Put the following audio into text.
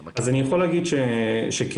אני יכול להגיד שכן,